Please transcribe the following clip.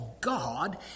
God